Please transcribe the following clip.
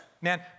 Man